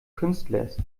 künstlers